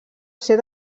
ser